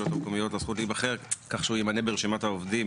המקומיות הזכות להיבחר כך שהוא יימנה ברשימת העובדים